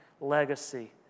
legacy